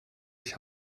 ich